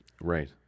Right